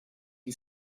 you